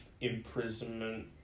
imprisonment